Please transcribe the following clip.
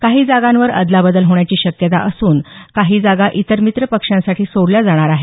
काही जागांवर अदलाबदल होण्याची शक्यता असून काही जागा इतर मित्रपक्षांसाठी सोडल्या जाणार आहेत